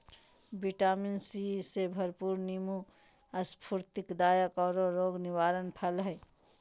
vitamin C से भरपूर नीबू स्फूर्तिदायक औरो रोग निवारक फल हइ